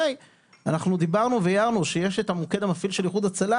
אנחנו דיברנו והערנו שיש את המוקד המפעיל של איחוד הצלה,